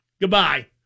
Goodbye